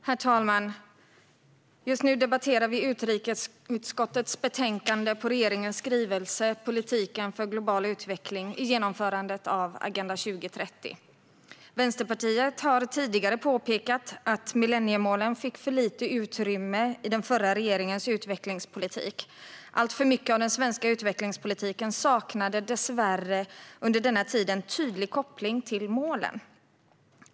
Herr talman! Nu debatterar vi utrikesutskottets betänkande om regeringens skrivelse Politiken för global utveckling i genomförandet av Agen da 2030 . Vänsterpartiet har tidigare påpekat att millenniemålen fick för litet utrymme i den förra regeringens utvecklingspolitik. Alltför mycket av den svenska utvecklingspolitiken saknade dessvärre under denna tid en tydlig koppling till målen.